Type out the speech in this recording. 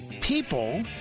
People